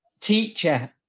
teacher